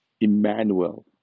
Emmanuel